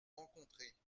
rencontrées